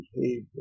behavior